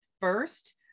first